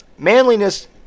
Manliness